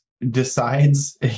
decides